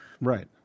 right